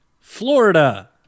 Florida